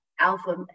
alpha